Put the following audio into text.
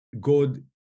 God